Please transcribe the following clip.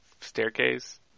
staircase